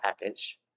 package